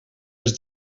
les